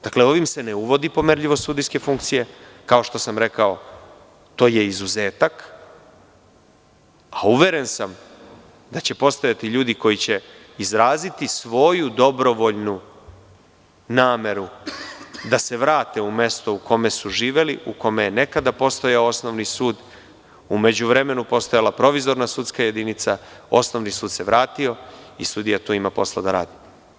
Dakle, ovim se ne uvodi pomerljivost sudijske funkcije, kao što sam rekao to je izuzetak, a uveren sam da će postojati ljudi koji će izraziti svoju dobrovoljnu nameru da se vrate u mesto u koje su živeli, u kome je nekada postojao osnovni sud, u međuvremenu postojala provizorna sudska jedinica, osnovni sud se vratio i sudija ima tu posla da radi.